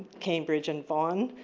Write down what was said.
cambridge and vaughan.